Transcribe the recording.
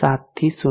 7 થી 0